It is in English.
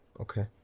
Okay